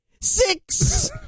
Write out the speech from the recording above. Six